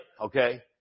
Okay